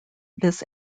this